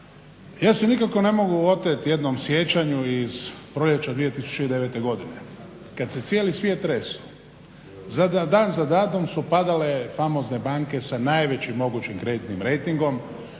ja se nikako ne mogu oteti jednom sjećanju iz proljeća 2009. godine kad se cijeli svijet treso. Dan za danom su padale famozne banke sa najvećim mogućim kreditnim rejtingom,